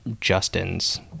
Justin's